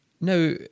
Now